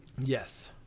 Yes